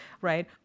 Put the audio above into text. right